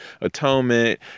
atonement